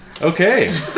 Okay